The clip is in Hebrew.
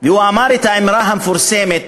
והוא אמר את האמרה המפורסמת: